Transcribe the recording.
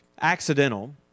accidental